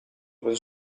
open